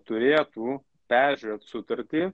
turėtų peržiūrėt sutartį